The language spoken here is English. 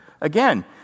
Again